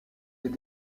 est